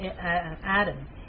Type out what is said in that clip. Adam